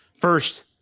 First